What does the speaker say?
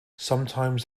sometimes